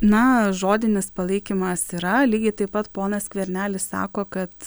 na žodinis palaikymas yra lygiai taip pat ponas skvernelis sako kad